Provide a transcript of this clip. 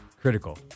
critical